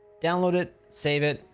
download it, save it,